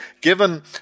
given